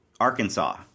Arkansas